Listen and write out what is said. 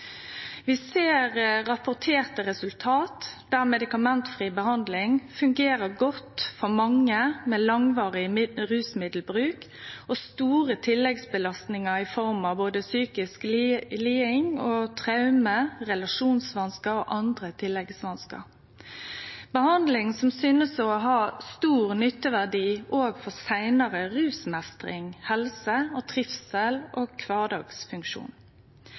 fungerer godt for mange med langvarig rusmiddelbruk og store tilleggsbelastningar i form av både psykiske lidingar, traume, relasjonsvanskar og andre tilleggsvanskar – behandling som synest å ha stor nytteverdi òg for seinare rusmeistring, helse, trivsel og kvardagsfunksjon.